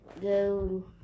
go